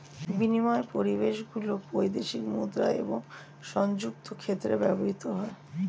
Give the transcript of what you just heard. বিনিময় পরিষেবাগুলি বৈদেশিক মুদ্রা এবং সংযুক্ত ক্ষেত্রে ব্যবহৃত হয়